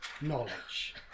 knowledge